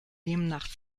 demnach